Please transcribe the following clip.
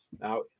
Now